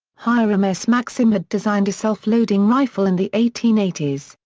hiram s. maxim had designed a self-loading rifle in the eighteen eighty s,